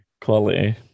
Quality